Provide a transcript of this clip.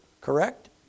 correct